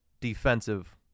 defensive